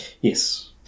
Yes